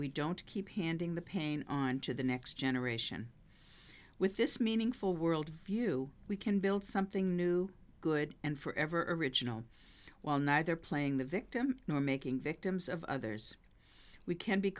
we don't keep handing the pain on to the next generation with this meaningful world view we can build something new good and forever original while neither playing the victim nor making victims of others we can be